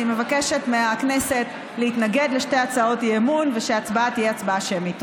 אני מבקשת מהכנסת להתנגד לשתי הצעות האי-אמון ושההצבעה תהיה הצבעה שמית.